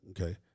okay